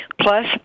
Plus-